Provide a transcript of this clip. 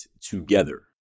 together